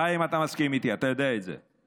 חיים, אתה מסכים איתי, אתה יודע את זה.